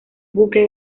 buque